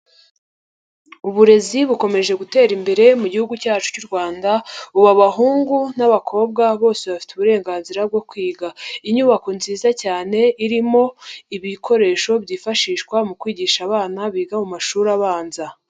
Uburezi bukomeje gutera imbere mu gihugu cyacu cy'u Rwanda ubu abahungu n'abakobwa bose bafite uburenganzira bwo kwiga. Inyubako nziza cyane irimo ibikoresho byifashishwa mu kwigisha abana biga mumashuri abanza.